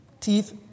Teeth